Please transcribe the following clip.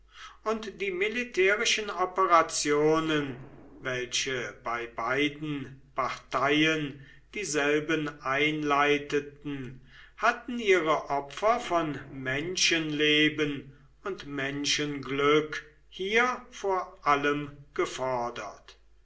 und die militärischen operationen welche bei beiden parteien dieselben einleiteten hatten ihre opfer von menschenleben und menschenglück hier vor allem gefordert